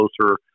closer